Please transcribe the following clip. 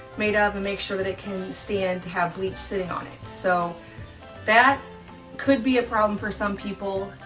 made ah of and make sure that it can stand to have bleach sitting on it. so that could be a problem for some people.